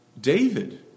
David